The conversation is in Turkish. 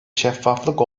şeffaflık